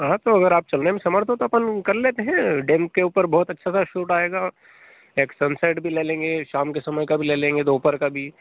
हाँ तो अगर आप चलने में समर्थ हों तो अपन कर लेते हैं डैम के ऊपर बहुत अच्छा सा शूट आएगा एक सनसेट भी ले लेंगे शाम के समय का भी ले लेंगे दोपहर का भी